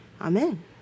Amen